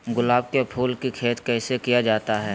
गुलाब के फूल की खेत कैसे किया जाता है?